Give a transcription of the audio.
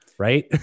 right